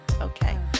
okay